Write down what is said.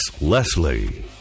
leslie